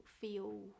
feel